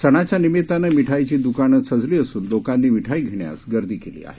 सणाच्या निमित्तानं मिठाईघी दुकानं सजली असून लोकांनी मिठाई घेण्यास गर्दी केली आहे